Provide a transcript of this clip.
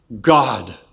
God